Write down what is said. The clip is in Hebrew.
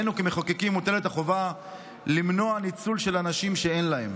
כמחוקקים מוטלת עלינו החובה למנוע ניצול של אנשים שאין להם.